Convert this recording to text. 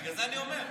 בגלל זה אני אומר.